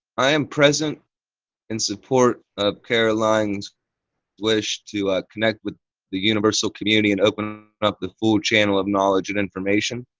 i am present and support of caroline's wish to connect with the universal community and open up the full channel of knowledge and information.